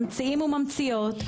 ממציאים וממציאות,